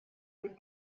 быть